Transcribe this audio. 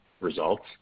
results